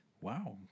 wow